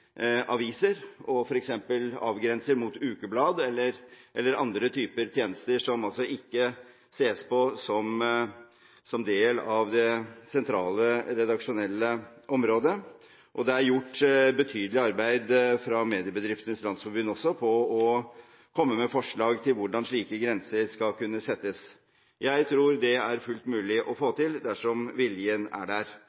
aviser og f.eks. avgrense mot ukeblader eller andre typer tjenester som ikke ses på som del av det sentrale redaksjonelle området. Det er også gjort et betydelig arbeid fra Mediebedriftenes Landsforenings side med å komme med forslag til hvordan slike grenser skal kunne settes. Jeg tror det er fullt mulig å